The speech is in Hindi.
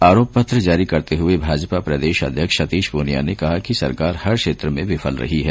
आरोप पत्र जारी करते हुए भाजपा प्रदेश अध्यक्ष सतीष पूनिया ने कहा कि सरकार हर क्षेत्र में विफल रही है